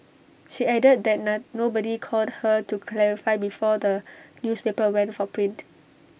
she added that the nobody called her to clarify before the newspaper went for print